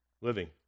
living